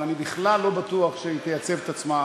אבל אני בכלל לא בטוח שהיא תייצב את עצמה,